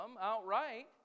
outright